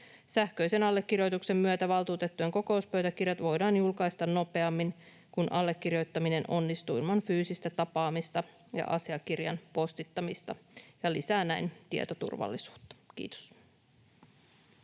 Sähköisen allekirjoituksen myötä valtuutettujen kokouspöytäkirjat voidaan julkaista nopeammin, kun allekirjoittaminen onnistuu ilman fyysistä tapaamista ja asiakirjan postittamista, ja se lisää näin tietoturvallisuutta. — Kiitos.